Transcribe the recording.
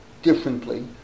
Differently